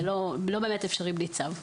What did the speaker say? זה לא באמת אפשרי בלי צו.